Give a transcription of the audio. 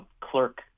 clerk